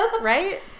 Right